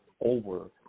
over